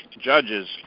judges